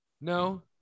No